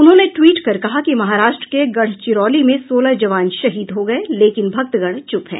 उन्होंने ट्वीट कर कहा कि महाराष्ट्र के गढ़चिरौली में सोलह जवान शहीद हो गए लेकिन भक्तगण चुप हैं